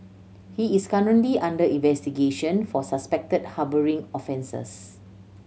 he is currently under investigation for suspected harbouring offences